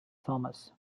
thomas